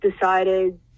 decided